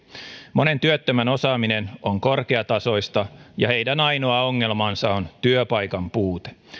monen työttömän osaaminen on korkeatasoista ja heidän ainoa ongelmansa on työpaikan puute